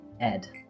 Ed